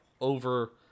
over